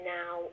now